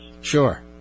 Sure